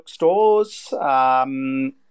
bookstores